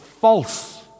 false